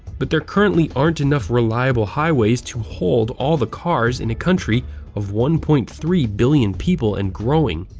but there currently aren't enough reliable highways to hold all the cars in a country of one point three billion people and growing.